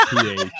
ph